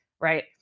right